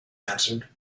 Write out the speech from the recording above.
answered